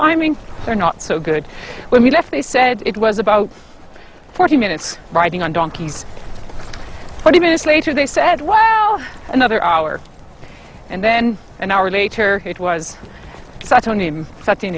i mean they're not so good when we left they said it was about forty minutes riding on donkeys twenty minutes later they said well another hour and then an hour later it was